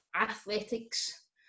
athletics